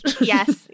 Yes